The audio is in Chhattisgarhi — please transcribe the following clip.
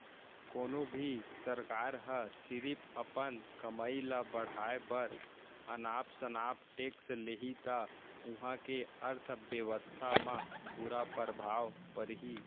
कोनो भी सरकार ह सिरिफ अपन कमई ल बड़हाए बर अनाप सनाप टेक्स लेहि त उहां के अर्थबेवस्था म बुरा परभाव परही